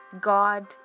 God